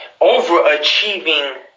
overachieving